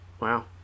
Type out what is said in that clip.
Wow